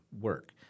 work